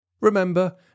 Remember